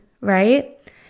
right